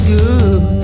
good